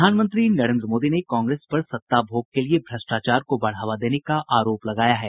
प्रधानमंत्री नरेंद्र मोदी ने कांग्रेस पर सत्ता भोग के लिए भ्रष्टाचार को बढावा देने का आरोप लगाया है